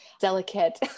delicate